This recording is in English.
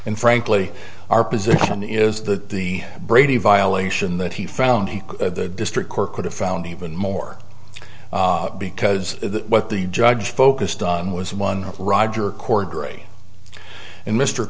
and frankly our position is that the brady violation that he found the district court could have found even more because what the judge focused on was one roger cordray and mr